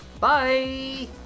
Bye